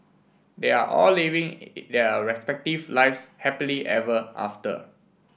they are all living their respective lives happily ever after